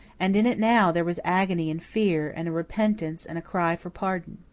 and in it now there was agony and fear and repentance and a cry for pardon.